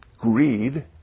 greed